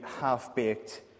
half-baked